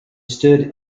stood